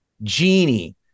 genie